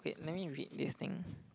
wait let me read this thing